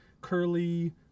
curly